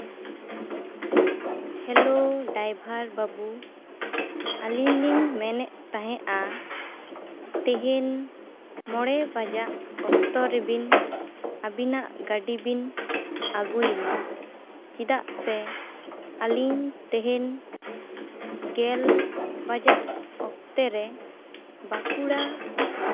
hello driver ᱵᱟᱹᱵᱩ ᱟᱞᱤᱧ ᱞᱤᱧ ᱢᱮᱱᱮᱜ ᱛᱟᱦᱮᱸᱜᱼᱟ ᱛᱮᱦᱮᱧ ᱢᱚᱬᱮ ᱵᱟᱡᱟᱜ ᱚᱠᱛᱚ ᱨᱮᱵᱤᱱ ᱟᱵᱤᱱᱟᱜ ᱜᱟᱹᱰᱤ ᱵᱤᱱ ᱟᱜᱩᱭ ᱢᱟ ᱪᱮᱫᱟᱜ ᱥᱮ ᱟᱞᱤᱧ ᱛᱮᱦᱮᱧ ᱜᱮᱞ ᱵᱟᱡᱟᱜ ᱚᱠᱛᱮ ᱨᱮ ᱵᱟᱸᱠᱩᱲᱟ